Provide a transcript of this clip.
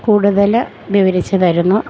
കൂടുതൽ വിവരിച്ച് തരുന്നു